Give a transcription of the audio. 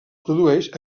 produeix